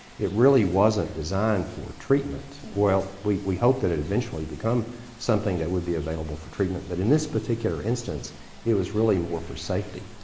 it really wasn't designed for treatment. well, we we hope that it eventually becomes something that would be available for treatment, but in this particular instance it was really more for safety.